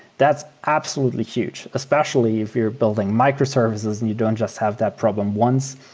that's absolutely huge especially if you're building microservices and you don't just have that problem once,